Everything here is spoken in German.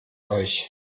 euch